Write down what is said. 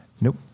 Nope